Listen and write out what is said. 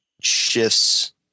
shifts